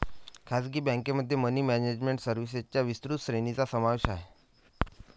खासगी बँकेमध्ये money management सर्व्हिसेसच्या विस्तृत श्रेणीचा समावेश आहे